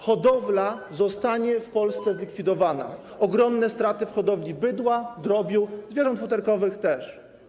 Hodowla zostanie w Polsce zlikwidowana, będą ogromne straty w hodowli bydła, drobiu, zwierząt futerkowych też.